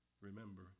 remember